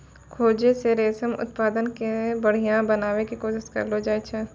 खोजो से रेशम उत्पादन के बढ़िया बनाबै के कोशिश करलो जाय छै